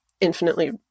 infinitely